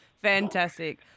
Fantastic